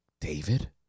David